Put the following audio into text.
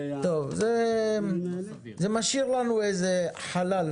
זאת אומרת בינואר סל כרטיסי חיוב,